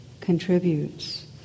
contributes